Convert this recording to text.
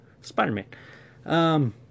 Spider-Man